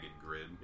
grid